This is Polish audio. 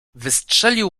wystrzelił